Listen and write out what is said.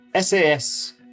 SAS